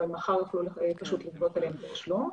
אבל מחר הם יכולים פשוט לגבות עליהן תשלום.